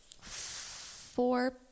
four